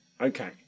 Okay